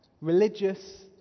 religious